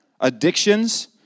addictions